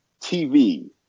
TV